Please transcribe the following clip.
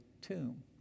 tomb